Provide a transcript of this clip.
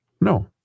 No